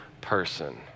person